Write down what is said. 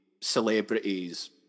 celebrities